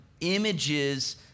images